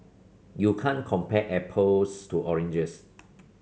you can't compare apples to oranges